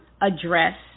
address